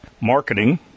marketing